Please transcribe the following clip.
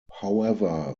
however